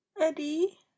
Eddie